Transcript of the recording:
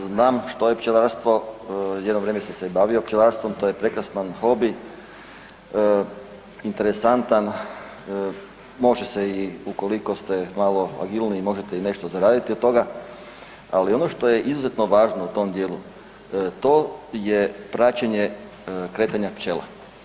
Znam što je pčelarstvo, jedno vrijeme sam se i bavio pčelarstvom to je prekrasan hobi, interesantan, može se i ukoliko ste malo agilniji možete nešto i zaraditi od toga, ali ono što je izuzetno važno u tom dijelu to je praćenje kretanja pčela.